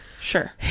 Sure